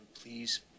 please